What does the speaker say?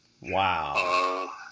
Wow